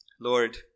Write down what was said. Lord